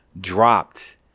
dropped